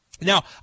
Now